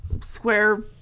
square